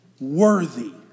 worthy